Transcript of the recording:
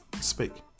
speak